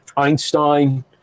Einstein